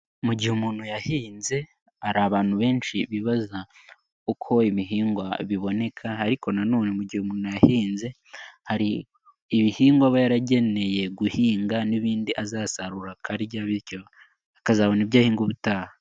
Mu gihe umuntu yahinze, hari abantu benshi bibaza uko ibihingwa biboneka ariko na none mu gihe umuntu yahinze, hari ibihingwa aba yarageneye guhinga n'ibindi azasarura akarya, bityo akazabona ibyo ahinga ubutaha.